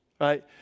right